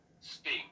Sting